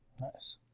Nice